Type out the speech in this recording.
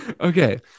Okay